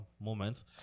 moments